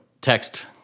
text